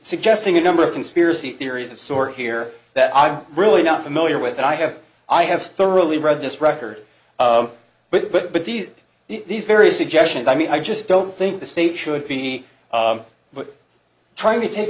suggesting a number of conspiracy theories of sort here that i'm really not familiar with and i have i have thoroughly read this record of but but but these these various suggestions i mean i just don't think the state should be trying to take